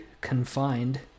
confined